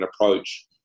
approach